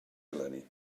eleni